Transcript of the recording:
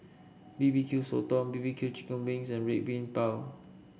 B B Q Sotong B B Q Chicken Wings and Red Bean Bao